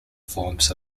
forms